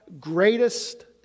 greatest